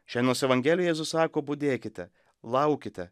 šiandienos evangelijoj jėzus sako budėkite laukite